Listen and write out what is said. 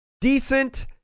decent